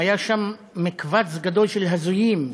היה שם מקבץ גדול של הזויים,